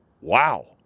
wow